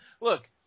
Look